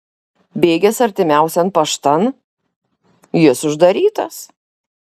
bėgęs artimiausian paštan jis uždarytas